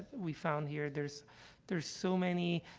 we found here there's there's so many,